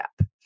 up